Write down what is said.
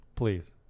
Please